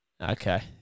Okay